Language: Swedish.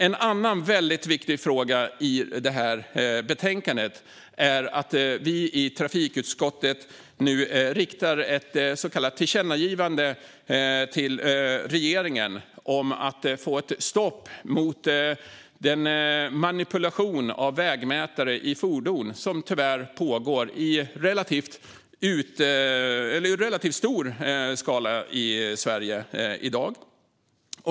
En annan viktig fråga i betänkandet är att vi i trafikutskottet nu riktar ett så kallat tillkännagivande till regeringen om att få ett stopp på den manipulation av vägmätare i fordon som tyvärr pågår i relativt stor skala i Sverige i dag.